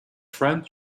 friend